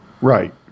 Right